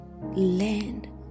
land